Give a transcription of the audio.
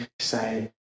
say